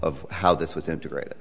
of how this was integrated